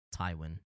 Tywin